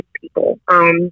people